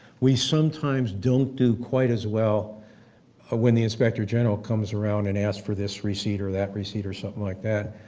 we sometimes don't do quite as well ah when the inspector general comes around and asks for this receipt or that receipt or something like that,